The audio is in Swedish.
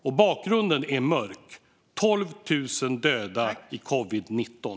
Och bakgrunden är mörk: 12 000 döda i covid-19.